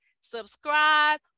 subscribe